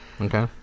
Okay